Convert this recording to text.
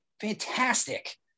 fantastic